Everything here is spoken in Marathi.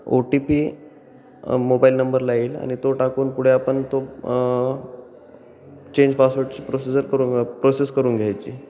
ओ टी पी मोबाईल नंबरला येईल आणि तो टाकून पुढे आपण तो चेंज पासवर्डची प्रोसेसर करून प्रोसेस करून घ्यायची